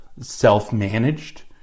self-managed